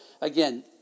again